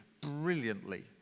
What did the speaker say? Brilliantly